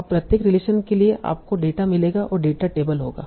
अब प्रत्येक रिलेशन के लिए आपको डेटा मिलेगा और डेटा लेबल होगा